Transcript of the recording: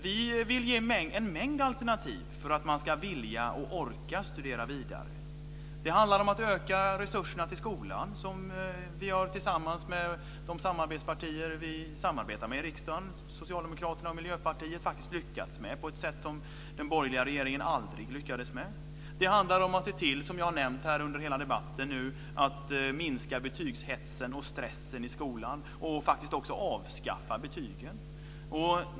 Vi vill ge en mängd alternativ för att man ska vilja och orka studera vidare. Det handlar om att öka resurserna till skolan, vilket vi tillsammans med våra samarbetspartier i riksdagen Socialdemokraterna och Miljöpartiet faktiskt har lyckats med på ett sätt som den borgerliga regeringen aldrig gjorde. Det handlar om att se till, som jag har sagt under hela debatten, att minska betygshetsen och stressen i skolan och faktiskt också avskaffa betygen.